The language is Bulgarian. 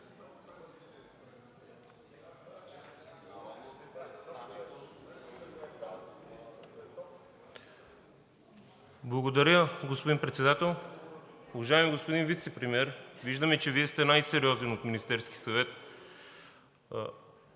Благодаря, господин Председател. Уважаеми господин Вицепремиер, виждаме, че Вие сте най-сериозен от Министерския съвет.